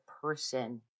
person